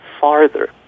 farther